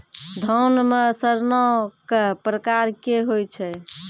धान म सड़ना कै प्रकार के होय छै?